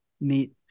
meet